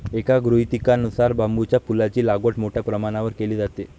एका गृहीतकानुसार बांबूच्या फुलांची लागवड मोठ्या प्रमाणावर केली जाते